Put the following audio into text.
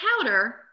powder